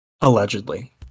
allegedly